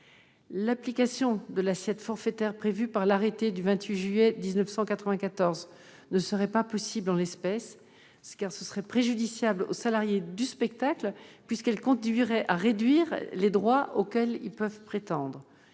L'application de l'assiette forfaitaire prévue par l'arrêté du 28 juillet 1994 ne serait pas possible en l'espèce, car ce serait préjudiciable aux salariés du spectacle puisqu'elle conduirait à réduire les droits auxquels ils peuvent prétendre.